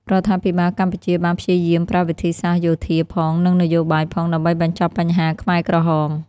រដ្ឋាភិបាលកម្ពុជាបានព្យាយាមប្រើវិធីសាស្ត្រយោធាផង និងនយោបាយផងដើម្បីបញ្ចប់បញ្ហាខ្មែរក្រហម។